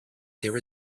there